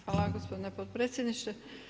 Hvala gospodine potpredsjedniče.